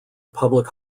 public